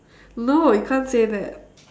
no you can't say that